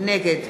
נגד